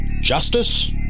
justice